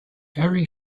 very